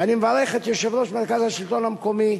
ואני מברך את יושב-ראש מרכז השלטון המקומי,